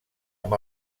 amb